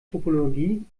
topologie